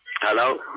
Hello